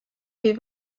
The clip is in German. wie